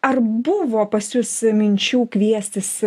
ar buvo pas jus minčių kviestis